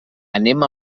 anem